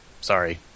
Sorry